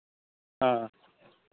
ᱦᱮᱸ